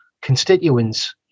constituents